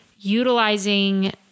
utilizing